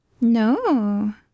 No